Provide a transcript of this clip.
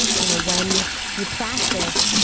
you know when you practice,